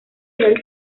del